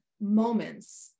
moments